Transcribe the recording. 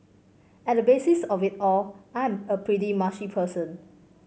at the basis of it all I am a pretty mushy person